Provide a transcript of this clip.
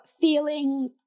feeling